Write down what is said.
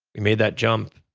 we made that jump.